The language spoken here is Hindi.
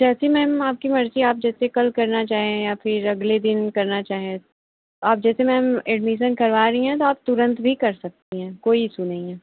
जैसी मैम आपकी मर्ज़ी आप जैसे कल करना चाहें या फिर अगले दिन करना चाहें आप जैसे मैम एडमीसन करवा रही हैं तो आप तुरंत भी कर सकती हैं कोई ईसू नहीं है